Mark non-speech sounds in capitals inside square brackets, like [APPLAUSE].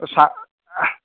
[UNINTELLIGIBLE]